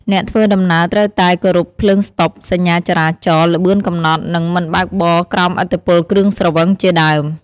អ្នកធ្វើដំណើរត្រូវតែ គោរពភ្លើងស្តុប សញ្ញាចរាចរណ៍ ល្បឿនកំណត់ និងមិនបើកបរក្រោមឥទ្ធិពលគ្រឿងស្រវឹង ជាដើម។